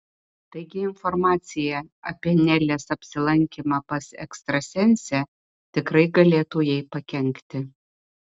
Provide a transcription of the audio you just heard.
taigi informacija apie nelės apsilankymą pas ekstrasensę tikrai galėtų jai pakenkti